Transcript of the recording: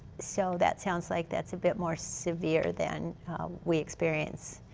so that sounds like that's a bit more severe than we experience.